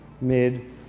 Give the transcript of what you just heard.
mid